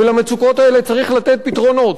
ולמצוקות האלה צריך לתת פתרונות,